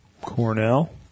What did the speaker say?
Cornell